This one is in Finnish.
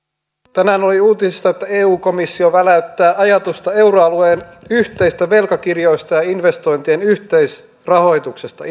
tänään oli uutisissa että eu komissio väläyttää ajatusta euroalueen yhteisistä velkakirjoista ja investointien yhteisrahoituksesta